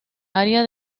área